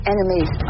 Enemies